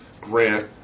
grant